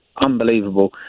unbelievable